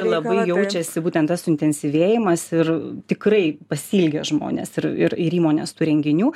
labai jaučiasi būtent tas suintensyvėjimas ir tikrai pasiilgę žmonės ir ir įmonės tų renginių